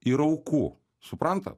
ir aukų suprantat